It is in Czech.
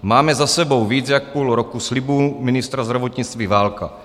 Máme za sebou víc jak půl roku slibů ministra zdravotnictví Válka.